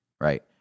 right